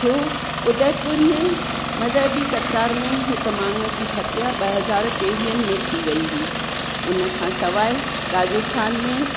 थियो उदयपुर में मज़हबी तकरार में हिकु माण्हूअ जी हत्या ॿ हज़ार टेवीहनि में थी वई हुई उन खां सवाइ राजस्थान में